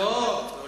לא.